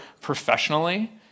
professionally